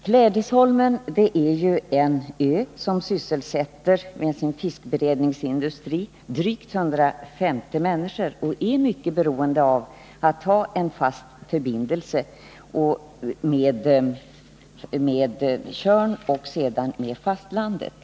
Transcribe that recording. Klädesholmen är ju en ö, och den fiskberedningsindustri som finns där sysselsätter drygt 150 människor. Man är mycket beroende av att ha en fast förbindelse med Tjörn och Nr 52 fastlandet.